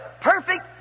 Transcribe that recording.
perfect